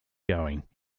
going